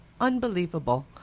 unbelievable